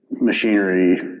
machinery